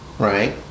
Right